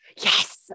yes